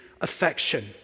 affection